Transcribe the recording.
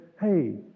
Hey